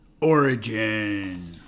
Origin